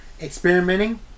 experimenting